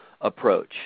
approach